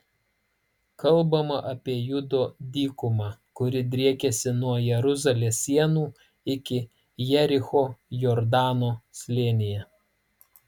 kalbama apie judo dykumą kuri driekiasi nuo jeruzalės sienų iki jericho jordano slėnyje